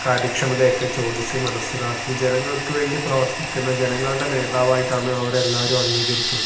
കാര്യക്ഷമത ഒക്കെ ചോദിച്ച് മനസ്സിലാക്കി ജനങ്ങൾക്ക് വേണ്ടി പ്രവർത്തിക്കുന്ന ജനങ്ങളുടെ നേതാവായിട്ടാണ് അവരെ എല്ലാവരും അംഗീകരിക്കൽ